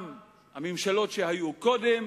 גם הממשלות שהיו קודם,